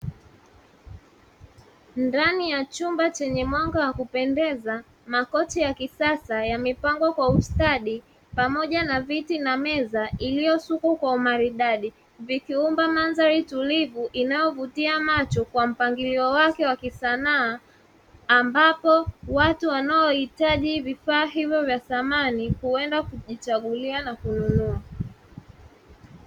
Ndani ya chumba chenye mwanga wa kupendeza, makochi ya kisasa yamepangwa kwa ustadi, pamoja na viti na meza, iliyosukwa kwa umaridadi. Vikiumba mandhari tulivu inayovutia macho kwa mpangilio wake wa kisanaa, ambapo watu wanaohitaji vifaa hivyo vya samani huenda kujichagulia na kununua.